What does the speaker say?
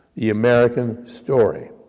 the american story,